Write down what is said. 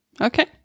Okay